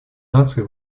наций